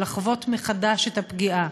של לחוות מחדש את הפגיעה,